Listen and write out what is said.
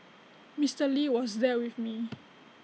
Mister lee was there with me